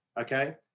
Okay